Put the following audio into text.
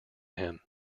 him